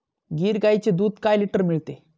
गीर गाईचे दूध काय लिटर मिळते?